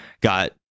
got